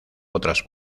otras